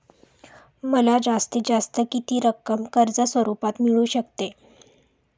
मला जास्तीत जास्त किती रक्कम कर्ज स्वरूपात मिळू शकते?